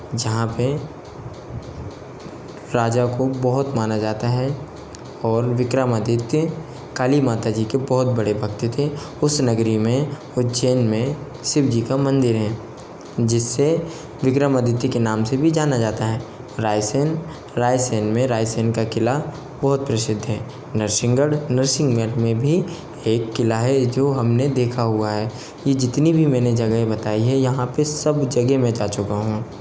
जहाँ पे राजा को बहुत माना जाता है और विक्रमादित्य काली माता जी के बहुत बड़े भक्त थे उस नगरी में उज्जैन में शिव जी का मंदिर है जिसे विक्रमादित्य के नाम से भी जाना जाता है रायसेन रायसेन में रायसेन का किला बहुत प्रसिद्ध है नरसिंहगढ़ नरसिंहगढ़ में भी एक किला है जो हमने देखा हुआ है ये जितनी भी मैंने जगहें बताई हैं यहाँ पे सब जगह मैं जा चुका हूँ